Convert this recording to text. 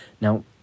Now